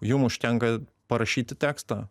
jum užtenka parašyti tekstą